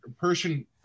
person